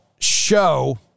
show